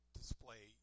display